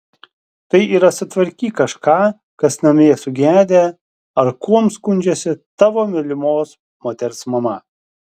tai yra sutvarkyk kažką kas namie sugedę ar kuom skundžiasi tavo mylimos moters mama